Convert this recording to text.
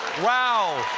wow!